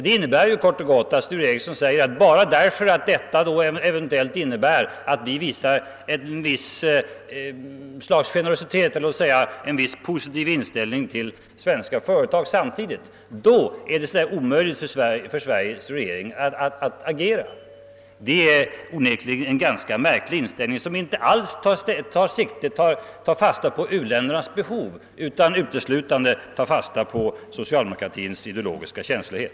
Det innebär kort och gott att Sture Ericson säger att bara därför att vi visar ett slags generositet mot och en viss positiv inställning till svenska företag är det omöjligt för Sveriges regering att agera. Det är onekligen en ganska märklig inställning, som inte alls tar fasta på u-ländernas behov utan uteslutande på socialdemokratins ideologiska känslighet.